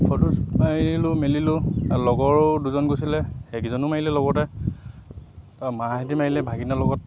photo মাৰিলোঁ মেলিলোঁ লগৰো দুজন গৈছিলে সেইকেজনেও মাৰিলে লগতে মাহঁতে মাৰিলে ভাগিনৰ লগত